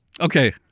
Okay